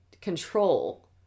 control